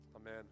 Amen